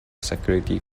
security